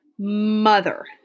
mother